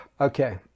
Okay